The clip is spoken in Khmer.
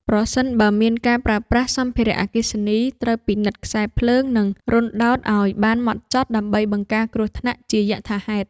ប្រសិនបើមានការប្រើប្រាស់សម្ភារៈអគ្គិសនី ត្រូវពិនិត្យខ្សែភ្លើង និងរន្ធដោតឱ្យបានហ្មត់ចត់ដើម្បីបង្ការគ្រោះថ្នាក់ជាយថាហេតុ។